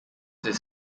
his